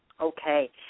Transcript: Okay